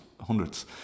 hundreds